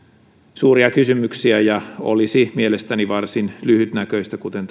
suuria kysymyksiä ja olisi mielestäni varsin lyhytnäköistä kuten